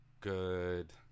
good